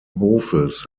hofes